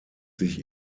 sich